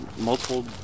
multiple